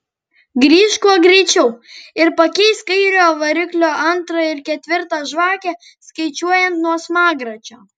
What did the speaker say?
grįžk kuo greičiau ir pakeisk kairiojo variklio antrą ir ketvirtą žvakę skaičiuojant nuo smagračio